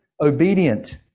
obedient